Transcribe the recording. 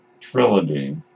trilogy